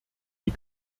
die